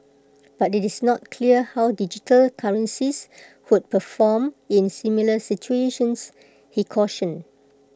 but IT is not clear how digital currencies would perform in similar situations he cautioned